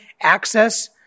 access